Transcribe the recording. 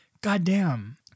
Goddamn